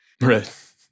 Right